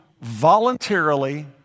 voluntarily